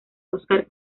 oscar